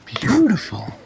Beautiful